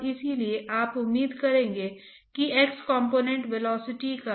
तो इसलिए हमें X मोमेंटम संतुलन लिखने की जरूरत है